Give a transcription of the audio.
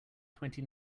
twenty